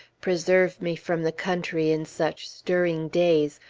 preserve me from the country in such stirring days!